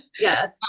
Yes